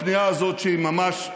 בפנייה הזאת שהיא ממש,